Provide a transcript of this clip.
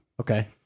Okay